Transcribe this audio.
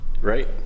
Right